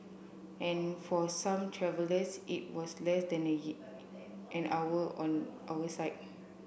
and for some travellers it was less than an hour on our side